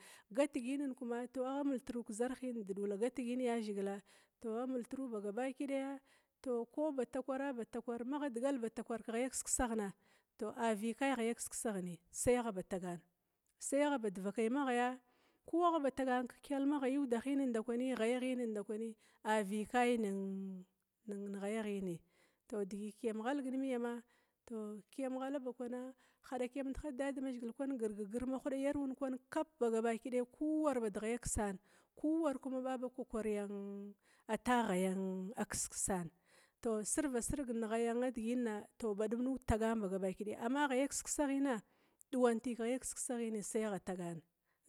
Gatgina kuma tou agha multru kezarhina dedula gatigina yazhigila tou a multru ba gabakidaya tou, ko ba takwara ko ba takwara magha digal ba takwar keghaya kiskisahna, a vikaya sai agha badvakaya, ko agha ba tagana kelabga kyalma ghaya udaha ndakwi ghaya ghinin ndakwi a vikabi nin ghayaghini. tou digi kiyam ghalg nimiyama. tou kiyam ghala ba kwana, hadakiyamit haɗig dadamzhigil kwana badum ma yaruna kuwar bad ghaya kisan kuwar ba kwakwariyan ta ghayan a kiskisana, tou sirvasig ne ghaya diginna tou maba war ba taga badum ba gabakidaya tou ghaya kiskisahina duwanbi agha tagana.